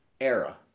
era